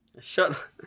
shut